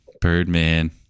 Birdman